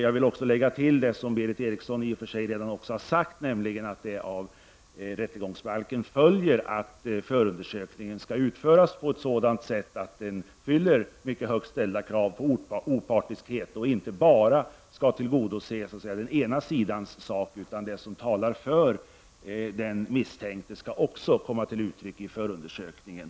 Jag vill även upprepa det som Berith Eriksson redan har sagt, nämligen att förundersökningen enligt rättegångsbalken skall utföras på ett sådant sätt att den fyller mycket högt ställda krav på opartiskhet och inte bara tillgodoser den ena sidans sak. Också det som talar för den misstänkte skall komma till uttryck i förundersökningen.